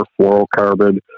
fluorocarbon